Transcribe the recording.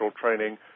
training